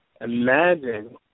imagine